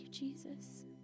Jesus